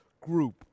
group